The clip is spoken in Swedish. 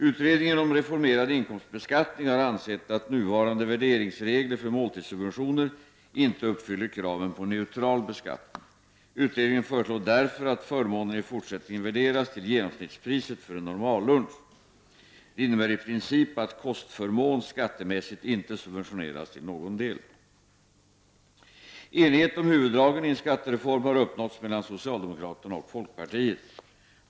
Utredningen om reformerad inkomstbeskattning har ansett att nuvarande värderingsregler för måltidssubventioner inte uppfyller kraven på neutral beskattning. Utredningen föreslår därför att förmånen i fortsättningen värderas till genomsnittspriset för en normallunch. Det innebär i princip att kostförmån skattemässigt inte subventioneras till någon del. Enighet om huvuddragen i en skattereform har uppnåtts mellan socialdemokraterna och folkpartiet.